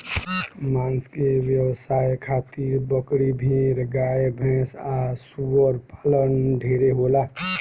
मांस के व्यवसाय खातिर बकरी, भेड़, गाय भैस आ सूअर पालन ढेरे होला